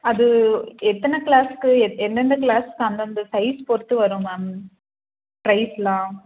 அது எத்தனை கிளாஸ்க்கு எத் எந்தெந்த கிளாஸ்க்கு அந்தந்த சைஸ் பொறுத்து வரும் மேம் பிரைஸெலாம்